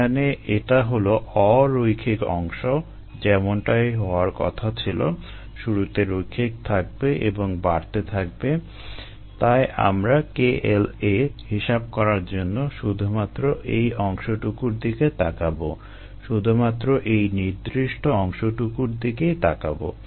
এখানে এটা হলো অ রৈখিক অংশ যেমনটাই হওয়ার কথা ছিল শুরুতে রৈখিক থাকবে এবং বাড়তে থাকবে তাই আমরা kLa হিসাব করার জন্য শুধুমাত্র এই অংশটুকুর দিকে তাকাবো শুধুমাত্র এই নির্দিষ্ট অংশটুকুর দিকেই তাকাবো